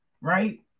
Right